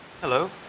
Hello